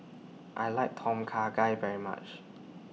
I like Tom Kha Gai very much